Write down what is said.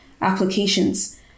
applications